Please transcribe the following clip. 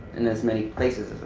in as many places